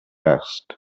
asked